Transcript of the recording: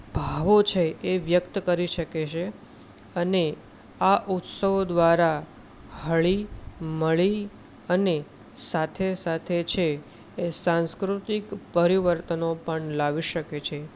ભાવો છે એ વ્યક્ત કરી શકે છે અને આ ઉત્સવો દ્વારા હળી મળી અને સાથે સાથે છે સાંસ્કૃતિક પરિવર્તનો પણ લાવી શકે છે